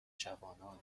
جوانان